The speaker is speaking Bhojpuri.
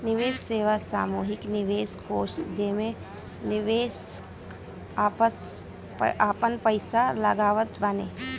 निवेश सेवा सामूहिक निवेश कोष जेमे निवेशक आपन पईसा लगावत बाने